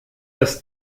das